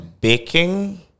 baking